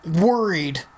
worried